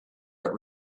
but